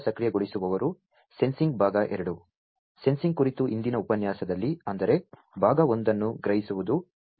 sensing ಕುರಿತು ಹಿಂದಿನ ಉಪನ್ಯಾಸದಲ್ಲಿ ಅಂದರೆ ಭಾಗ 1 ಅನ್ನು ಗ್ರಹಿಸುವುದು